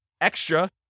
extra